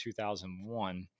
2001